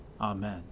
Amen